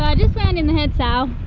um just man in the headsail